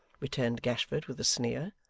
returned gashford with a sneer.